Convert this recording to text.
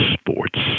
sports